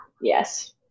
Yes